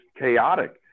chaotic